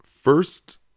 first